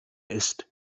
ist